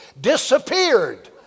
disappeared